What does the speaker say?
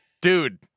Dude